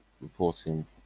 reporting